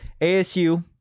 ASU